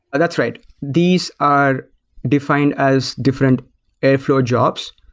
that's right. these are defined as different airflow jobs.